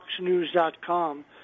foxnews.com